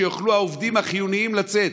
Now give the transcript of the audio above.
שיוכלו העובדים החיוניים לצאת.